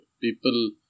People